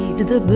the